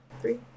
three